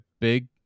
big